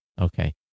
Okay